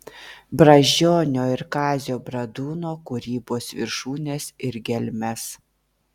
brazdžionio ir kazio bradūno kūrybos viršūnes ir gelmes